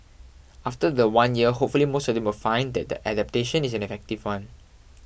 after the one year hopefully most of them will find that the adaptation is an effective one